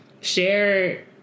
share